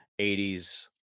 80s